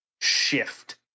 shift